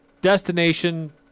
Destination